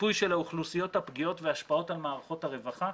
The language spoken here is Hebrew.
מיפוי של האוכלוסיות הפגיעות והשפעות על מערכות הרווחה.